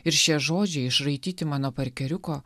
ir šie žodžiai išraityti mano parkeriuko